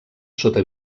sota